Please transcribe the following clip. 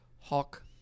hawk